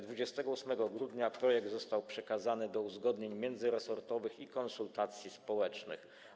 28 grudnia projekt został przekazany do uzgodnień międzyresortowych i konsultacji społecznych.